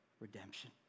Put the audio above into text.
redemption